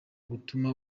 gutuma